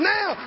Now